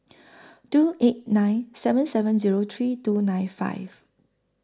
two eight nine seven seven Zero three two nine five